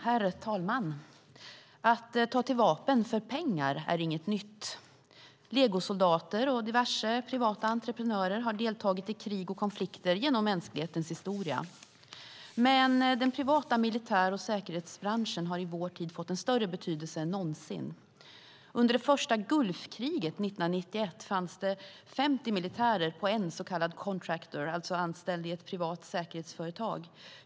Herr talman! Att ta till vapen för pengar är inget nytt. Legosoldater och diverse privata entreprenörer har deltagit i krig och konflikter genom mänsklighetens historia. Men den privata militär och säkerhetsbranschen har i vår tid fått en större betydelse än någonsin. Under det första Gulfkriget 1991 fanns det 50 militärer på en så kallad contractor, alltså anställd i ett privat säkerhetsföretag.